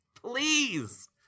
Please